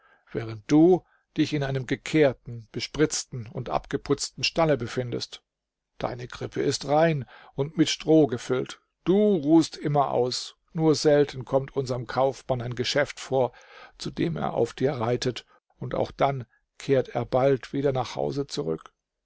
während du dich in einem gekehrten bespritzten und abgeputzten stalle befindest deine krippe ist rein und mit stroh gefüllt du ruhst immer aus nur selten kommt unserm kaufmann ein geschäft vor zu dem er auf dir reitet und auch dann kehrt er bald wieder nach hause zurück